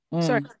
Sorry